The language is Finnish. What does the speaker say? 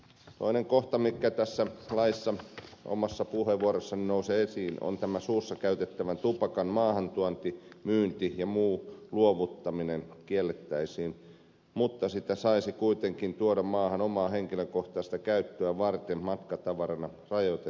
toinen kohta tässä laissa mikä omassa puheenvuorossani nousee esiin on se että tämä suussa käytettävän tupakan maahantuonti myynti ja muu luovuttaminen kiellettäisiin mutta sitä saisi kuitenkin tuoda maahan omaa henkilökohtaista käyttöä varten matkatavarana rajoitetun määrän